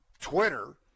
Twitter